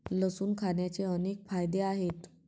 लसूण खाण्याचे अनेक फायदे आहेत